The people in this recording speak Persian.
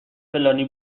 فلانی